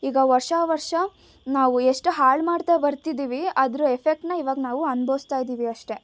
ಈಗ ವರ್ಷಾ ವರ್ಷ ನಾವು ಎಷ್ಟು ಹಾಳು ಮಾಡ್ತಾ ಬರ್ತಿದ್ದೀವಿ ಅದರ ಎಫೆಕ್ಟನ್ನ ಈವಾಗ ನಾವು ಅನ್ಬೋಸ್ತಾ ಇದ್ದೀವಿ ಅಷ್ಟೆ